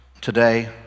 today